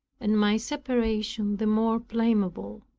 and my separation the more blameable.